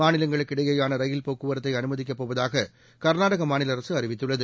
மாநிலங்களுக்கிடையோன ரயில் போக்குவரத்தை அனுமதிக்கப் போவதாக கா்நாடக மாநில அரசு அறிவித்துள்ளது